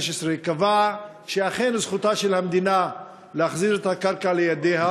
קבע ב-2015 שאכן זכותה של המדינה להחזיר את הקרקע לידיה,